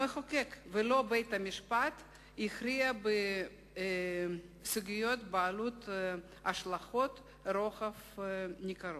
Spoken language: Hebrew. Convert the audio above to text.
המחוקק ולא בית-המשפט מכריע בסוגיות בעלות השלכות רוחב ניכרות.